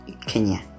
kenya